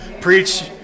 Preach